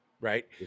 Right